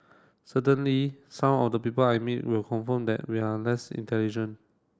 certainly some of the people I meet will confirm that we are less intelligent